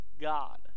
God